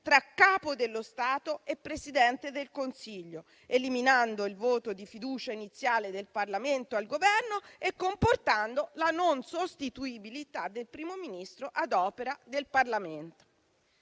tra Capo dello Stato e Presidente del Consiglio, eliminando il voto di fiducia iniziale del Parlamento al Governo e comportando la non sostituibilità del Primo Ministro ad opera del Parlamento.